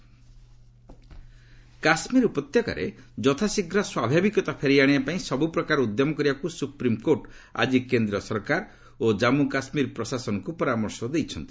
SC Kashmir Kashmir ଉପତ୍ୟକାରେ ଯଥାଶୀଘ୍ର ସ୍ୱାଭାବିକତା ଫେରାଇ ଆଣିବା ପାଇଁ ସବୁ ପ୍ରକାରର ଉଦ୍ୟମ କରିବାକୁ ସୁପ୍ରିମ୍କୋର୍ଟ ଆଜି କେନ୍ଦ୍ର ସରକାର ଓ ଜାମ୍ମୁ କାଶ୍ମୀର ପ୍ରଶାସନକୁ ପରାମର୍ଶ ଦେଇଛନ୍ତି